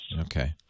Okay